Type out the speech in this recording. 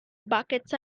buckets